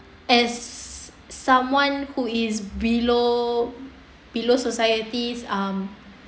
as someone who is below below societies um